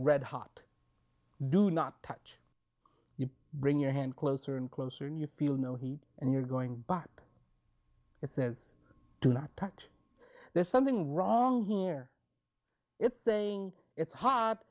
red hot do not touch you bring your hand closer and closer and you feel no heat and you're going back it says do not touch there's something wrong here it's saying it's hot